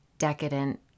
Decadent